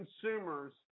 consumers